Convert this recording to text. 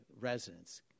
residents